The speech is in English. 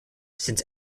since